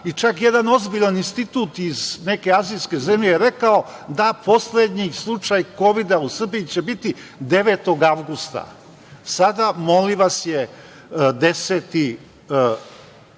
i čak jedan ozbiljan institut iz neke azijske zemlje je rekao da će poslednji slučaj Kovida u Srbiji biti 9. avgusta. Sada, molim vas je 10.